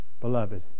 beloved